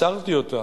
הסרתי אותה,